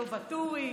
לא ואטורי,